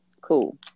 Cool